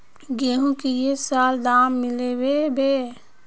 गेंहू की ये साल दाम मिलबे बे?